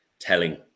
telling